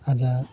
ᱟᱡᱟᱨ